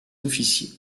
officiers